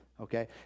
okay